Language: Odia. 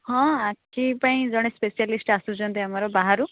ହଁ ଆଖି ପାଇଁ ଜଣେ ସ୍ପେଶିଆଲିଷ୍ଟ ଆସୁଛନ୍ତି ଆମର ବାହରୁ